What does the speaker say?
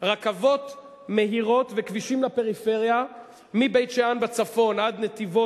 רכבות מהירות וכבישים לפריפריה מבית-שאן בצפון עד נתיבות,